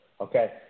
okay